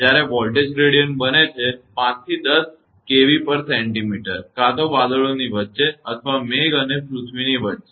જ્યારે voltage gradient બને છે 5 થી 10 𝑘𝑉𝑐𝑚 કાં તો વાદળોની વચ્ચે અથવા મેઘ અને પૃથ્વીની વચ્ચે